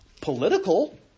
political